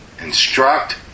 Instruct